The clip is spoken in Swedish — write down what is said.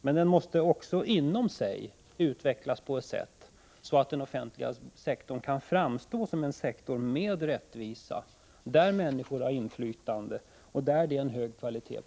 Men den måste också inom sig utvecklas på ett sådant sätt att den kan framstå som en sektor med rättvisa där människor har inflytande och där verksamheten har en hög kvalitet.